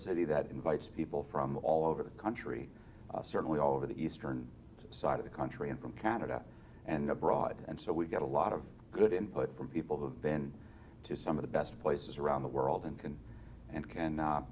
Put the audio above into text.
city that invites people from all over the country certainly all over the eastern side of the country and from canada and abroad and so we've got a lot of good input from people who have been to some of the best places around the world and can and can